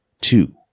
two